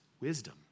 wisdom